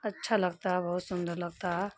اچھا لگتا ہے بہت سندر لگتا ہے